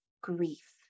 grief